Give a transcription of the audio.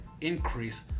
increase